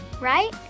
right